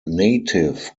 native